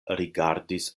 rigardis